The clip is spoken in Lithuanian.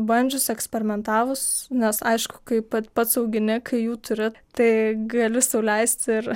bandžius eksperimentavus nes aišku kaip pats augini kai jų turi tai gali sau leist ir